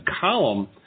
column